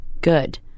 good